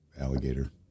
alligator